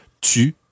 Tu